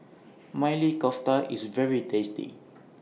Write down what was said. Maili Kofta IS very tasty